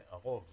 הרוב,